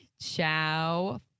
ciao